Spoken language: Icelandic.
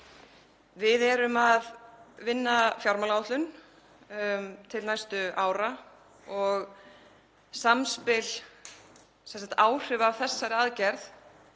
Við erum að vinna fjármálaáætlun til næstu ára og samspil áhrifa af þessari aðgerð